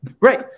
right